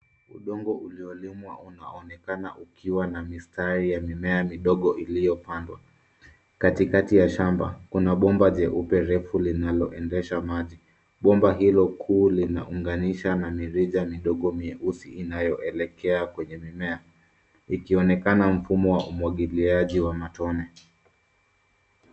Udongo uliolimwa unaonekana ukiwa na mistari ya mimea midogo iliyopandwa. Katikati ya shamba kuna bomba jeupe refu linaloendesha maji. Bomba hilo kuu linaunganisha mamirija midogo myeusi inayoelekea kwenye mimea. Ikionekana mfumo wa umwagiliaji wa matone.